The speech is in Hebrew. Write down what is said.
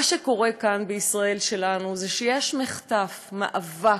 מה שקורה כאן, בישראל שלנו, זה שיש מחטף, מאבק,